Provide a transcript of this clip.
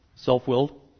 Self-willed